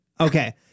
okay